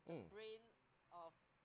mm